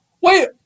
Wait